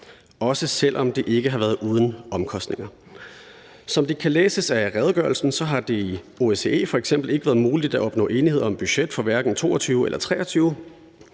også selv om det ikke har været uden omkostninger. Som det kan læses af redegørelsen, har det i OSCE f.eks. ikke været muligt at opnå enighed om et budget for hverken 2022 eller 2023,